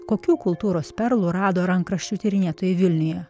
kokių kultūros perlų rado rankraščių tyrinėtojai vilniuje